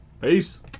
Peace